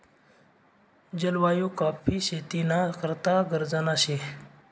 जलवायु काॅफी शेती ना करता गरजना शे